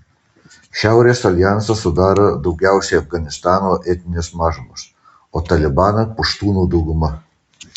šiaurės aljansą sudaro daugiausiai afganistano etninės mažumos o talibaną puštūnų dauguma